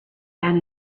down